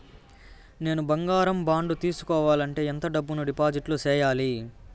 నేను బంగారం బాండు తీసుకోవాలంటే ఎంత డబ్బును డిపాజిట్లు సేయాలి?